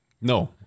No